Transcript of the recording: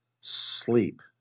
sleep